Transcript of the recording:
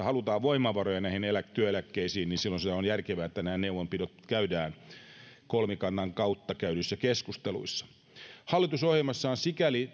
halutaan voimavaroja työeläkkeisiin silloin on järkevää että nämä neuvonpidot käydään kolmikannan kautta käydyissä keskusteluissa hallitusohjelmassa on sikäli